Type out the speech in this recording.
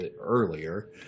earlier